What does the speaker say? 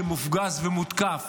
שמופגז ומותקף